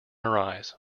arise